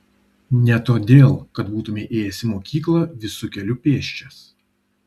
ne todėl kad būtumei ėjęs į mokyklą visu keliu pėsčias